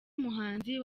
muhanzi